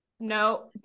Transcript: no